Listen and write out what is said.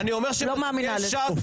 לא מאמינה לזה.